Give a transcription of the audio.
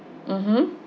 mmhmm